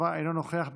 אנו נוכח,